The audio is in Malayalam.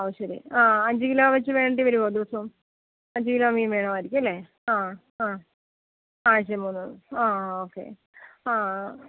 അതുശരി ആ അഞ്ച് കിലോ വെച്ച് വേണ്ടിവരുമോ ദിവസവും അഞ്ച് കിലോ മീൻ വേണമായിരിക്കും അല്ലേ ആ ആ ആഴ്ചയിൽ മൂന്നു ആ ഓക്കെ ആ